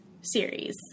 series